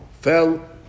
fell